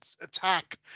attack